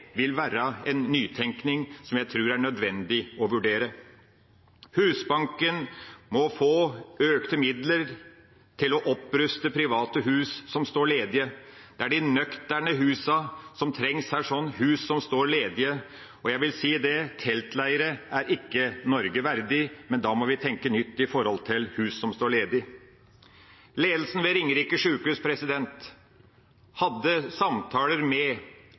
vil være en nytenkning som jeg tror er nødvendig å vurdere. Husbanken må få økte midler til å oppruste private hus som står ledig. Det er nøkterne hus som trengs, hus som står ledig, og jeg vil si at teltleirer er ikke Norge verdig, men da må vi tenke nytt når det gjelder hus som står ledig. Ledelsen ved Ringerike sykehus hadde samtaler med